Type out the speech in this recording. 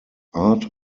art